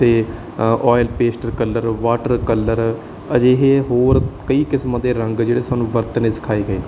ਅਤੇ oil pastel colour water colour ਅਜਿਹੇ ਹੋਰ ਕਈ ਕਿਸਮਾਂ ਦੇ ਰੰਗ ਜਿਹੜੇ ਸਾਨੂੰ ਵਰਤਣੇ ਸਿਖਾਏ ਗਏ